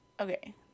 okay